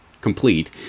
complete